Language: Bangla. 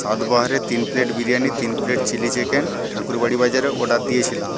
সাতবাহারে তিন প্লেট বিরিয়ানি তিন প্লেট চিলি চিকেন ঠাকুরবাড়ি বাজারে অর্ডার দিয়েছিলাম